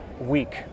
week